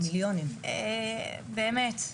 באמת,